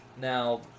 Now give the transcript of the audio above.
Now